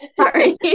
Sorry